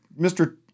Mr